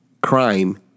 crime